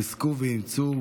חזקו ואמצו.